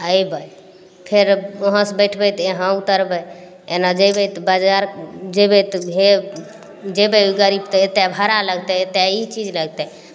अयबय फेर वहाँसँ बैठबय यहाँ उतरबय एना जेबय तऽ बाजार जेबय तऽ भे जेबय गाड़ीसँ तऽ एते भाड़ा लगतय एते ई चीज लगतय